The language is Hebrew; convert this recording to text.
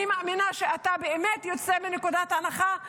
אני מאמינה שאתה באמת יוצא מנקודת הנחה,